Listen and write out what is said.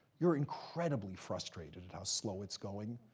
you're incredibly frustrated at how slow it's going.